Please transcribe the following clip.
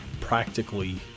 practically